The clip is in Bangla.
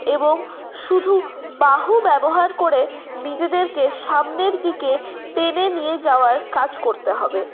এবং শুধু বাহু ব্যবহার করে নিজেদেরকে সামনের দিকে টেনে নিয়ে যাওয়ার কাজ করতে হবে